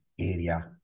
area